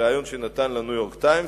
בריאיון שנתן ל"ניו-יורק טיימס",